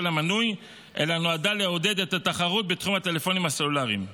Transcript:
המנוי אלא נועדה לעודד את התחרות בתחום הטלפונים הסלולריים -- תחרות.